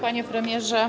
Panie Premierze!